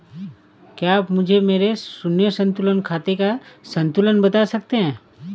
क्या आप मुझे मेरे शून्य संतुलन खाते का संतुलन बता सकते हैं?